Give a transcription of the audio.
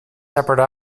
separate